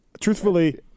Truthfully